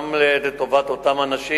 גם לטובת אותם אנשים,